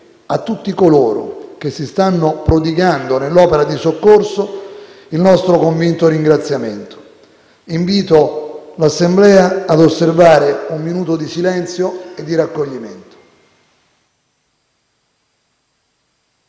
a tutti coloro che si stanno prodigando nell'opera di soccorso il nostro convinto ringraziamento. Invito l'Assemblea ad osservare un minuto di silenzio e di raccoglimento.